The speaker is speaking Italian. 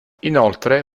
inoltre